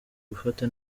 gufata